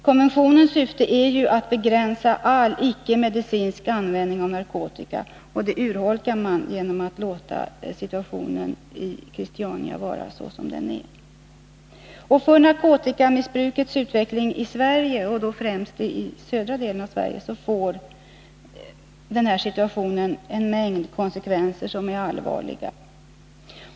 Konventionens syfte är ju att begränsa all icke medicinsk användning av narkotika, och det urholkas genom att situationen i Christiania får vara som den är. För narkotikamissbrukets utveckling i Sverige, främst södra delen av Sverige, får situationen en mängd allvarliga konsekvenser.